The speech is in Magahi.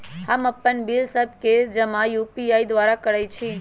हम अप्पन बिल सभ के जमा यू.पी.आई द्वारा करइ छी